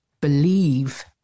believe